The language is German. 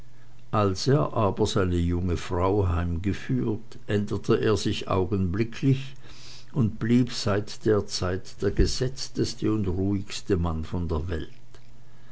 als er aber seine junge frau heimgeführt änderte er sich augenblicklich und blieb seit der zeit der gesetzteste und ruhigste mann von der welt